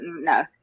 no